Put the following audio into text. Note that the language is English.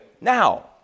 Now